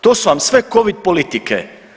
To su vam sve COVID politike.